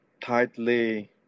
tightly